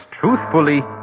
truthfully